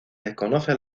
desconoce